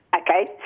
Okay